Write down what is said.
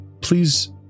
Please